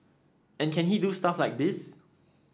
and can he do stuff like this